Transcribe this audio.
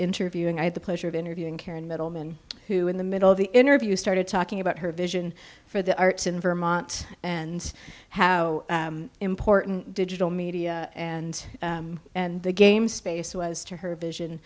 interviewing i had the pleasure of interviewing karen middlemen who in the middle of the interview started talking about her vision for the arts in vermont and how important digital media and and the game space was to her vision